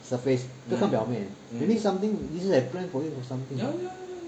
surface 不要看表面 maybe something jesus has planned for you something